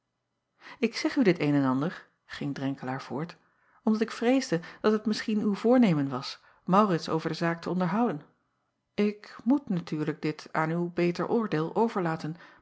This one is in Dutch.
k zeg u dit een en ander ging renkelaer voort omdat ik vreesde dat het misschien uw voornemen was aurits over de zaak te onderhouden k moet natuurlijk dit aan uw beter oordeel overlaten